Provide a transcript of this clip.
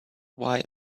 why